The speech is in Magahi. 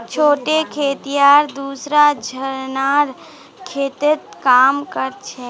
छोटे खेतिहर दूसरा झनार खेतत काम कर छेक